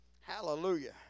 Hallelujah